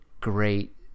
great